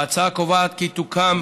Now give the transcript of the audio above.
ההצעה קובעת כי תוקם